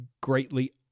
greatly